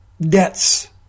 Debts